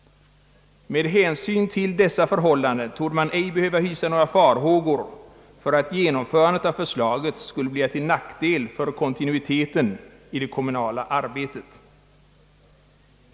Med hänsyn till dessa förhållanden torde man ej behöva hysa några farhågor för att genomförandet av förslaget skulle bli till nackdel för kontinuiteten i det kommunala arbetet.